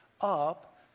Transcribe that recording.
up